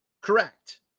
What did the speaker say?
Correct